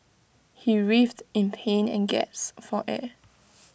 he writhed in pain and gasped for air